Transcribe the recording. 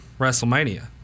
WrestleMania